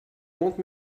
want